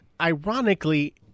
Ironically